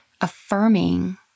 affirming